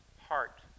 heart